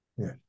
Yes